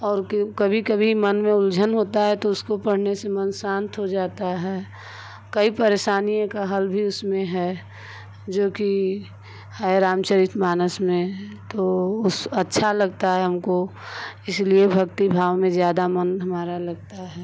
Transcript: और क्यो कभी कभी मन में उलझन होता है तो उसको पढ़ने से मन शांत हो जाता है कई परेशानियाँ का हल भी उसमें है जो कि है रामचारितमानस में है तो उस अच्छा लगता है हमको इसलिए भक्ती भाव में ज़्यादा मन हमारा लगता है